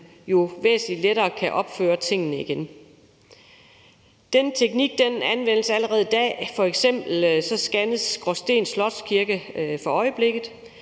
væsentligt lettere kan opføre tingene igen, præcis som de egentlig var. Den teknik anvendes allerede i dag, f.eks. scannes Gråsten Slotskirke for øjeblikket.